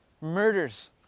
Murders